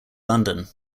london